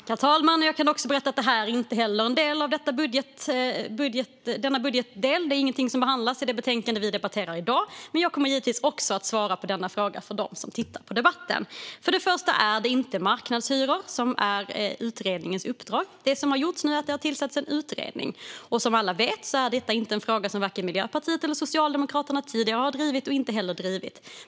Herr talman! Jag kan berätta att detta inte heller hör till denna budgetdel, och det behandlas inte i det betänkande vi nu debatterar. Men för dem som tittar på debatten kommer jag givetvis att också svara på denna fråga. Det har tillsatts en utredning, men marknadshyror är inte utredningens uppdrag. Som alla vet är detta en fråga som varken Miljöpartiet eller Socialdemokraterna tidigare har drivit eller driver.